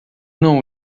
não